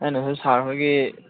ꯑꯩꯅꯁꯨ ꯁꯥꯔ ꯍꯣꯏꯒꯤ